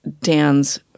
Dan's